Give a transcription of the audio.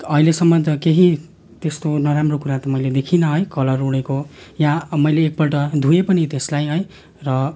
अहिलेसम्म त केही त्यस्तो नराम्रो कुरा त मैले देखिनँ है कलर उडेको यहाँ मैले एकपल्ट धोएँ पनि त्यसलाई है र